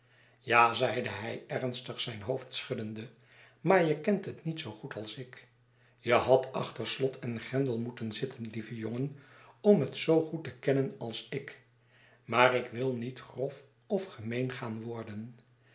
ja zeide hij ernstig zijn hoofd schuddende maarje kent het niet zoo goed als ik je hadt achter slot en grendel moeten zitten lieve jongen om het zoo goed te kennen als ik maar ik wil niet grof of gemeen gaan worden